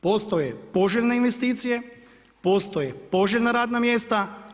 Postoje poželjne investicije, postoje poželjna radna mjesta.